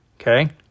Okay